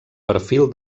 perfil